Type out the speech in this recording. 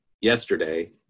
yesterday